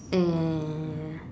and